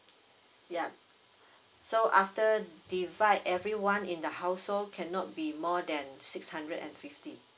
yup so after divide everyone in the household cannot be more than six hundred and fifty